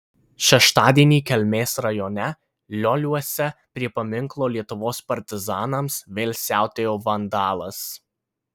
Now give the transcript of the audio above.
šeštadienį kelmės rajone lioliuose prie paminklo lietuvos partizanams vėl siautėjo vandalas